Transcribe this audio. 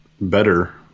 better